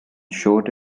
showed